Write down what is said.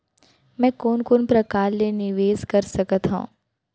मैं कोन कोन प्रकार ले निवेश कर सकत हओं?